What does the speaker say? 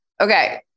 Okay